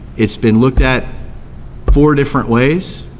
it's been looked at four different ways,